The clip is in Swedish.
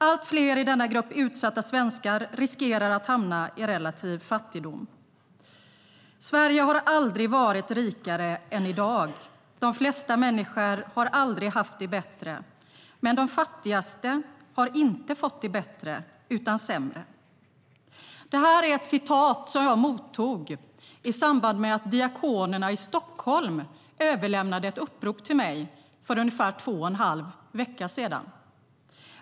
Allt fler i denna grupp utsatta svenskar riskerar att hamna i relativ fattigdom .Det är ett citat som jag mottog i samband med att diakonerna i Stockholm överlämnade ett upprop till mig för ungefär två och en halv vecka sedan.